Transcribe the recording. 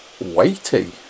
weighty